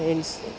insulin